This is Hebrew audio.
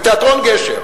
לתיאטרון "גשר".